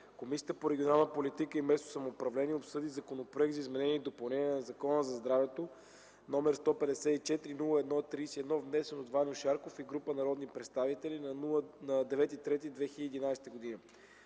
Комисията по регионална политика и местно самоуправление обсъди Законопроект за изменение и допълнение на Закона за здравето, № 154-01-31, внесен от Ваньо Шарков и група народни представители на 9 март 2011 г.